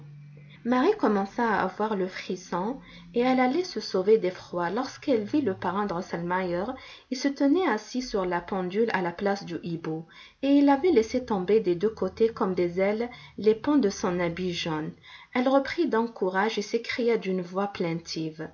marie commença à avoir le frisson et elle allait se sauver d'effroi lorsqu'elle vit le parrain drosselmeier il se tenait assis sur la pendule à la place du hibou et il avait laissé tomber des deux côtés comme des ailes les pans de son habit jaune elle reprit donc courage et s'écria d'une voix plaintive